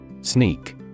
Sneak